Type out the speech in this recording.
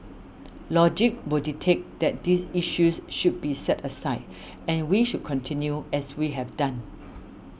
logic will dictate that these issues should be set aside and we should continue as we have done